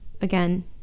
again